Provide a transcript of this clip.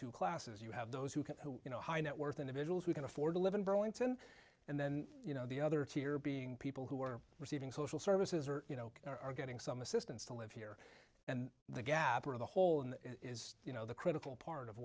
two classes you have those who you know high net worth individuals who can afford to live in burlington and then you know the other tier being people who are receiving social services or you know are getting some assistance to live here and the gap or the hole in the you know the critical part of